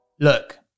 Look